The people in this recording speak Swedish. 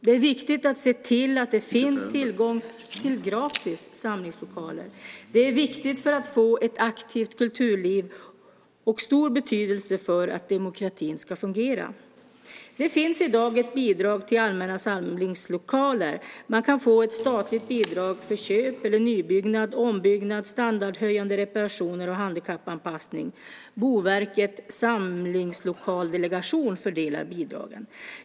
Det är viktigt att se till att det finns tillgång till gratis samlingslokaler. Det är viktigt för att få ett aktivt kulturliv och av stor betydelse för att demokratin ska fungera. Det finns i dag ett bidrag till allmänna samlingslokaler. Man kan få ett statligt bidrag för köp eller nybyggnad, ombyggnad, standardhöjande reparationer och handikappanpassning. Boverkets samlingslokaldelegation fördelar bidragen.